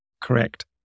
correct